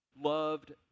loved